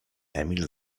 emil